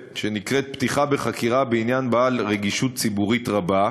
שנקראת: "פתיחה בחקירה בעניין בעל רגישות ציבורית רבה",